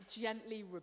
gently